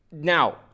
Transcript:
Now